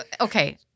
Okay